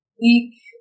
week